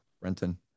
Brenton